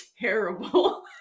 terrible